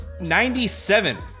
97